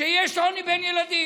שיהיה שוני בין ילדים.